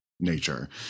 nature